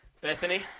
Bethany